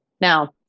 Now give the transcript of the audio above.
Now